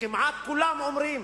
כמעט כולם אומרים